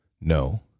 No